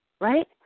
right